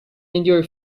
endure